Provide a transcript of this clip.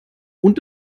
und